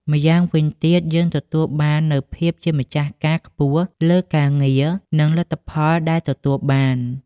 ម្យ៉ាងវិញទៀត យើងទទួលបាននូវភាពជាម្ចាស់ការខ្ពស់លើការងារ និងលទ្ធផលដែលទទួលបាន។